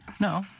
No